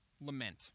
lament